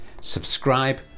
subscribe